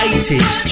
80s